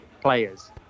players